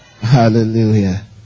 Hallelujah